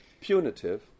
punitive